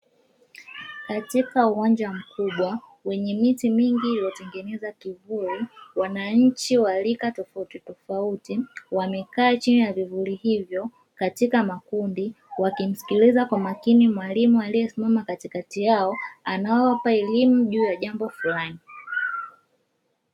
Katika uwanja mkubwa, wenye miti mingi iliyo tegenyeza kivuri, wananchi walika tofauti tofauti, wamekaa chini ya vivuli hivyo, katika makundi, wakimskiliza kwa makini mwalimu aliye simama katika yao, anae wapa elimu juu ya jambo fulani.